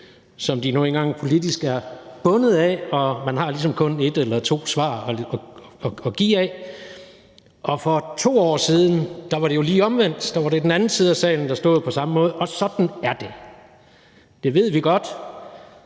som de nu engang politisk er bundet af, og man har ligesom kun et eller to svar at give af. For 2 år siden var det jo lige omvendt, der var det den anden side af salen, der stod på samme måde, og sådan er det. Det ved vi godt.